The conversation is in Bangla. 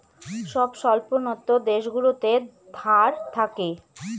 সব স্বল্পোন্নত দেশগুলোতে ধার থাকে